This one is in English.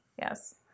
Yes